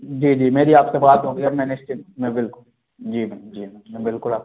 जी जी मेरी आप से बात हो गई अब मैं निश्चिंत हूँ मैं बिल्कुल जी जी मैं बिल्कुल आप